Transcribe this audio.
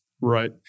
right